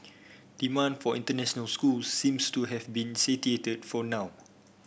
demand for international schools seems to have been for now